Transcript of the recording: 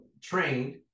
trained